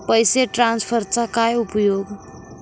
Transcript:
पैसे ट्रान्सफरचा काय उपयोग?